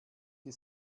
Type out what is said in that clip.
die